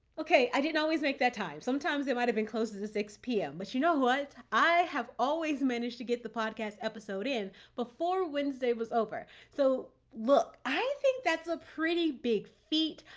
okay. i didn't always make that time. sometimes it might've been closer to six zero pm but you know what? i have always managed to get the podcast episode in before wednesday was over. so look, i think that's a pretty big feat.